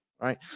right